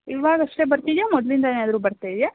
ಇವಾಗಷ್ಟೆ ಬರ್ತಿದೆಯಾ ಮೊದಲಿಂದ ಏನಾದ್ರೂ ಬರ್ತಾ ಇದೆಯಾ